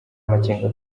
amakenga